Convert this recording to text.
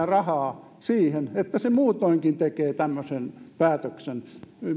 rahaa siihen että se muutoinkin tekee tämmöisen päätöksen